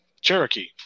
Cherokee